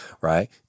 right